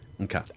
Okay